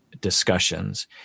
discussions